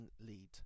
lead